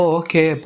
okay